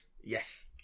Yes